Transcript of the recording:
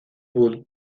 bull